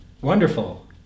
Wonderful